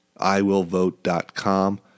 iwillvote.com